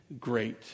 great